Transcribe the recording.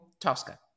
Tosca